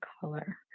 color